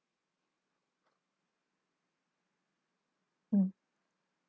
mm